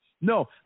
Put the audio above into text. No